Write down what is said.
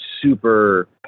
super